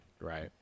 Right